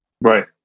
Right